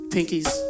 Pinkies